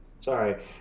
Sorry